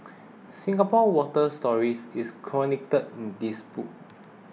Singapore's water stories is chronicled in this book